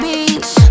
Beach